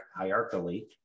hierarchically